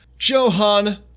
Johan